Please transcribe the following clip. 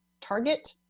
target